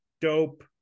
Dope